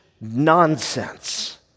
nonsense